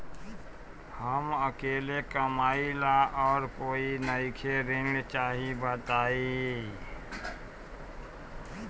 हम अकेले कमाई ला और कोई नइखे ऋण चाही बताई?